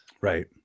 right